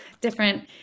different-